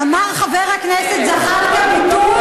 אמר חבר הכנסת זחאלקה, את משקרת.